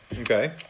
Okay